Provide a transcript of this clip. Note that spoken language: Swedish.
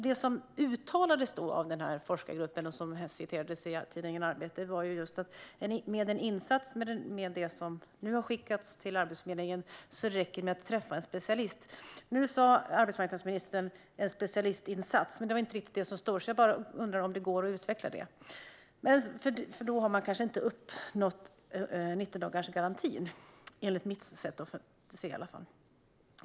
Det som uttalades av forskargruppen och som citerades i tidningen Arbetet var just att med den insats som nu har skickats till Arbetsförmedlingen räcker det att träffa en specialist. Nu sa arbetsmarknadsministern "en specialistinsats", men det är inte riktigt det som står. Jag undrar om det går att utveckla detta, för då har man kanske inte uppnått 90-dagarsgarantin, i alla fall enligt mitt sätt att se det.